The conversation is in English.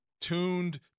tuned